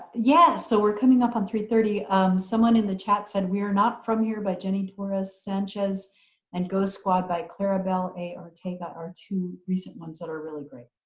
yeah so we're coming up on three thirty someone in the chat said we're not from here by jenny torres sanchez and go squad by clarabel a ortega are two recent ones that are really great